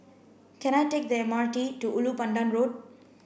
can I take the M R T to Ulu Pandan Road